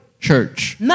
Church